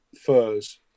furs